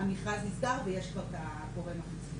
המכרז נסגר ויש כבר את הגורם המבצע.